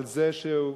על זה שהוא,